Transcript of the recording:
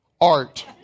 Art